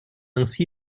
ainsi